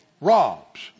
Robs